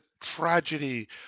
tragedy